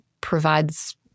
provides